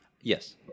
Yes